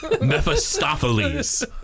Mephistopheles